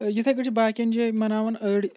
یِتھٕے پٲٹھۍ چھِ باقِیَن جایَن مَناوَن أڈۍ